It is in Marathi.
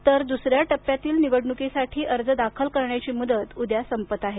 तर दु्सऱ्या टप्प्यातील निवडणूकीसाठी अर्ज दाखल करण्याची मुदत उद्या संपत आहे